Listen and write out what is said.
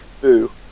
Boo